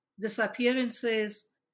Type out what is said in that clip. disappearances